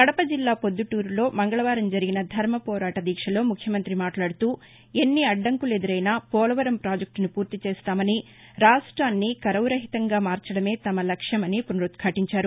కడప జిల్లా ప్రొద్దుటూరులో మంగళవారం జరిగిన ధర్మ పోరాట దీక్షలో ముఖ్యమంతి మాట్లాడుతూఎన్ని అద్దంకులు ఎదురైనా పోలవరం పాజెక్టను పూర్తిచేస్తామని రాష్టాన్ని కరవు రహితంగా మార్చడమే తమ లక్ష్యమని పునరుద్వాటించారు